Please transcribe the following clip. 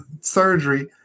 surgery